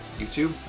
YouTube